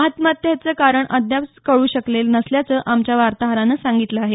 आत्महत्येचं कारण अद्याप कळू शकलं नसल्याचं आमच्या वार्ताहरानं सांगितलं आाहे